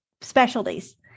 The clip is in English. specialties